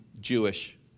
Jewish